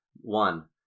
One